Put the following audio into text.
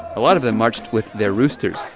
a lot of them marched with their roosters,